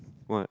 what